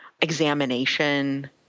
examination